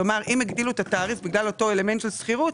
כלומר אם הגדילו את התעריף בגלל אותו אלמנט של שכירות,